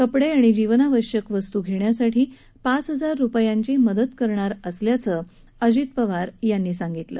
कपडे आणि जीवनावश्यक वस्तू घेण्यासाठी पाच हजार रूपयांची मदत करणार असल्याचंही अजित पवार यांनी सांगितलं